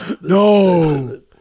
No